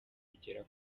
kugera